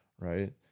Right